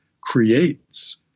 creates